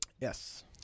Yes